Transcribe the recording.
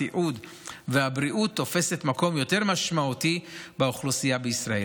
הסיעוד והבריאות תופסת מקום יותר משמעותי באוכלוסייה בישראל.